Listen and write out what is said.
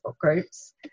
groups